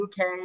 UK